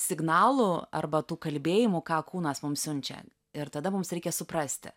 signalų arba tų kalbėjimų ką kūnas mums siunčia ir tada mums reikia suprasti